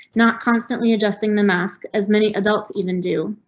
not constantly adjusting the mask as many adults even do.